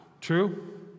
True